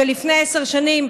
לפני עשר שנים,